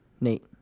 Nate